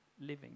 living